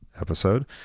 episode